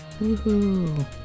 Woohoo